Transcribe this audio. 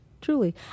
Truly